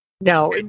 now